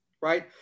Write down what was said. right